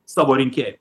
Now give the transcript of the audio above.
savo rinkėj